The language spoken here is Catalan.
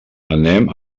anem